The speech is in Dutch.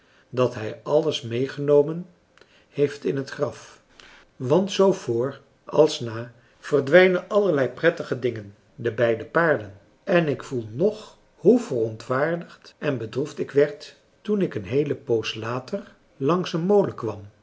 dat hij alles meegenomen heeft in het graf want zoo voor als na françois haverschmidt familie en kennissen verdwijnen allerlei prettige dingen de beide paarden en ik voel ng hoe verontwaardigd en bedroefd ik werd toen ik een heele poos later langs een molen kwam